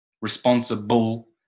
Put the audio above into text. responsible